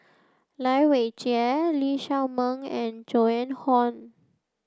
Lai Weijie Lee Shao Meng and Joan Hon